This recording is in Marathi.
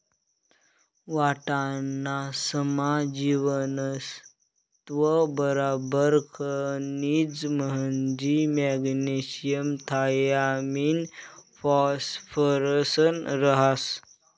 वाटाणासमा जीवनसत्त्व बराबर खनिज म्हंजी मॅग्नेशियम थायामिन फॉस्फरस रहास